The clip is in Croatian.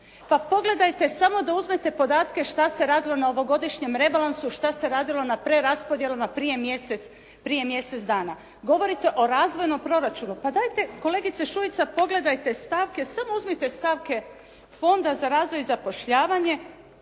Pa pogledajte samo da uzmete podatke šta se radilo na ovogodišnjem rebalansu, šta se radilo na preraspodjelama prije mjesec dana. Govorite o razvojnom proračunu. Pa dajte kolegice Šuica pogledajte stavke, samo uzmite stavke Fonda za razvoj i zapošljavanje